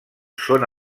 són